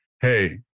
hey